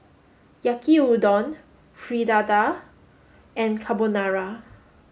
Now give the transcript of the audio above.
Yaki Udon Fritada and Carbonara